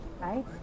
Right